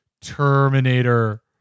Terminator